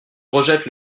rejettent